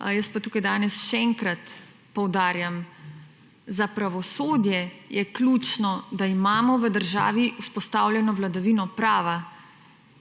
jaz pa tukaj danes še enkrat poudarjam: za pravosodje je ključno, da imamo v državi vzpostavljeno vladavino prava.